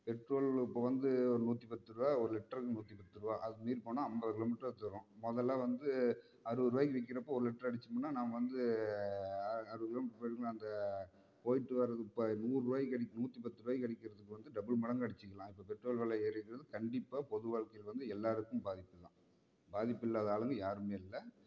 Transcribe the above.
petrol இப்போ வந்து ஒரு நூற்றி பத்து ரூபா ஒரு லிட்டருக்கு நூற்றி பத்து ரூபா அதுக்கு மீறி போனால் ஐம்பது கிலோ மீட்டரே தூரம் முதல்ல வந்து அறுபது ரூபாய்க்கு விற்கிறப்போ ஒரு லிட்டர் அடிச்சோம்னால் நாம்ம வந்து அறுபது கிலோ மீட்டர் போயிருக்கும்னு அந்த போய்ட்டு வரத்துக்கு இப்போ நூறு ரூபாய்க்கு அடிக்கணும் நூற்றி பத்து ரூபாய்க்கு அடிக்கிறதுக்கு வந்து டபுள் மடங்காக அடிச்சிக்கலாம் இப்போ பெட்ரோல் விலை ஏறியிருக்கிறது கண்டிப்பாக பொது வாழ்க்கையில் வந்து எல்லாருக்கும் பாதிப்பு தான் பாதிப்பு இல்லாத ஆளுங்க யாருமே இல்லை